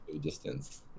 distance